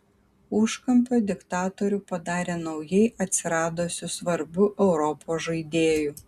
užkampio diktatorių padarė naujai atsiradusiu svarbiu europos žaidėju